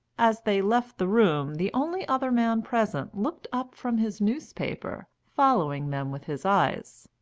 as they left the room the only other man present looked up from his newspaper, following them with his eyes.